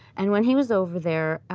and when he was over there,